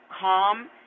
calm